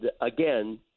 again